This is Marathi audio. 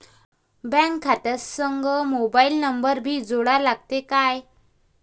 बँक खात्या संग मोबाईल नंबर भी जोडा लागते काय?